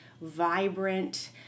vibrant